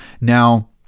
Now